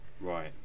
right